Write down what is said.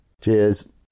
Cheers